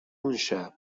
اونشب